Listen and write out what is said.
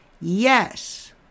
Yes